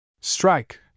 Strike